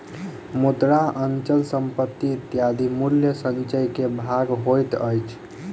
मुद्रा, अचल संपत्ति इत्यादि मूल्य संचय के भाग होइत अछि